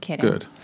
good